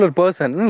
person